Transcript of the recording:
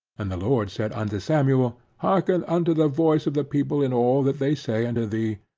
and the lord said unto samuel, hearken unto the voice of the people in all that they say unto thee,